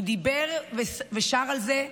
הוא דיבר ושר על זה,